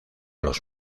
los